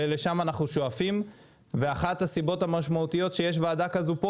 ולשם אנחנו שואפים ואחת הסיבות המשמעותיות שיש ועדה כזו פה